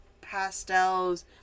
pastels